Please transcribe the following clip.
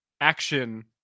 action